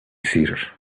seated